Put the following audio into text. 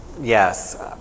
yes